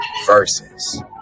Versus